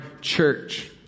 church